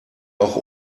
auch